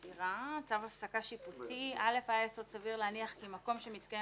"צו הפסקה שיפוטי 25ה. (א) היה יסוד סביר להניח כי מקום שמתקיים